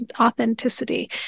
authenticity